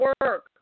work